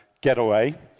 getaway